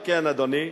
כן, אדוני.